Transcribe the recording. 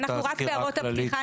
אנחנו רק בהערות הפתיחה,